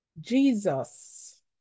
Jesus